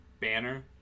banner